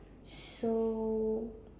so